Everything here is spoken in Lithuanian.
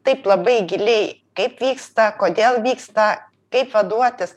taip labai giliai kaip vyksta kodėl vyksta kaip vaduotis